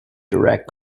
direct